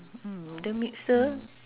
mm the mixer